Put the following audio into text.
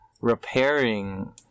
repairing